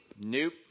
Nope